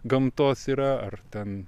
gamtos yra ar ten